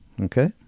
Okay